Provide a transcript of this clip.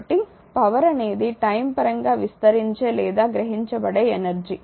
కాబట్టి పవర్ అనేది టైం పరంగా విస్తరించే లేదా గ్రహించబడే ఎనర్జీ